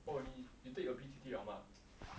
orh 你 you take your B_T_T liao mah